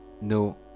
no